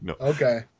okay